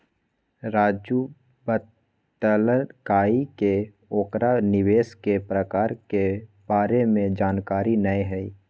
राजू बतलकई कि ओकरा निवेश के प्रकार के बारे में जानकारी न हई